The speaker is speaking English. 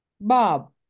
Bob